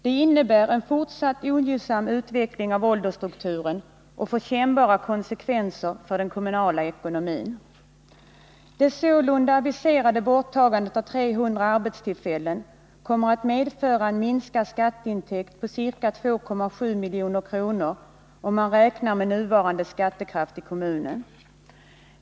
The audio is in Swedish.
Detta innebär en fortsatt ogynnsam utveckling av åldersstrukturen och får kännbara konsekvenser för den kommunala ekonomin. Det sålunda aviserade borttagandet av 300 arbetstillfällen kommer att medföra en minskad skatteintäkt på ca 2,7 milj.kr., om man räknar med nuvarande skattekraft i kommunen.